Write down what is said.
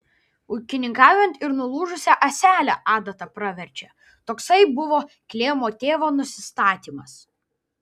ūkininkaujant ir nulūžusia ąsele adata praverčia toksai buvo klemo tėvo nusistatymas